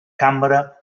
cambra